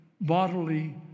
bodily